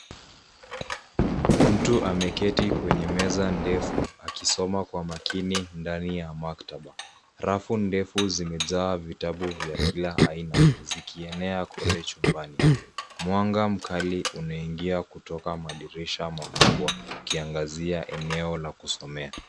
Mtu ameketi kwenye meza ndefu akisoma kwa makini ndani ya maktaba. Rafu ndefu zimejaa vitabu vya kila aina zikienea kote chumbani. Mwanga mkali unaingia kutoka madirisha makubwa ukiangazia eneo la kusomea.